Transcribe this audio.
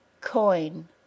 coin